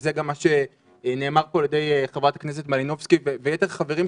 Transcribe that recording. וזה גם מה שנאמר פה על ידי ח"כ מלינובסקי ויתר החברים,